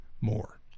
more